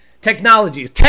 Technologies